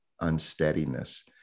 unsteadiness